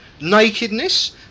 nakedness